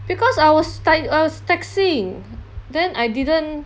because I was typ~ I was texting then I didn't